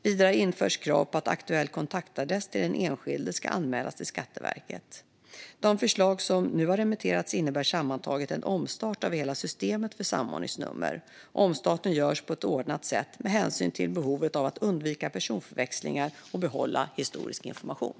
Vidare införs krav på att aktuell kontaktadress till den enskilde ska anmälas till Skatteverket. De förslag som nu har remitterats innebär sammantaget en omstart av hela systemet med samordningsnummer. Omstarten görs på ett ordnat sätt med hänsyn till behovet av att undvika personförväxlingar och att behålla historisk information.